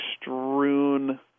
strewn